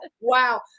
Wow